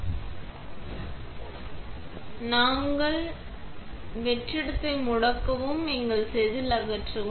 நாங்கள் செய்யப்படுகிறோம் எங்கள் வெற்றிடத்தை முடக்கவும் எங்கள் செதில் அகற்றவும்